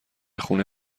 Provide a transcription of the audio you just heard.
خونه